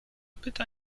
pyta